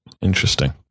Interesting